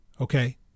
okay